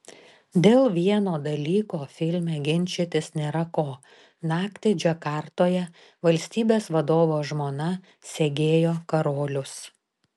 dėl vieno dalyko filme ginčytis nėra ko naktį džakartoje valstybės vadovo žmona segėjo karolius